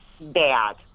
bad